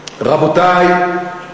רבותי,